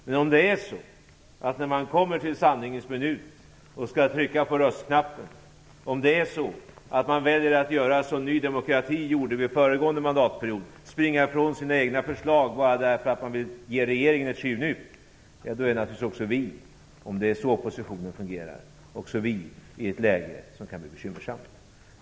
Men om det är så att när man kommer till sanningens minut och skall trycka på röstknappen man väljer att göra som Ny demokrati gjorde under föregående mandatperiod, springa ifrån sina egna förslag bara för att ge regeringen ett tjuvnyp, då är naturligtvis också vi i ett läge som kan bli bekymmersamt, om det är så oppositionen fungerar.